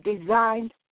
designed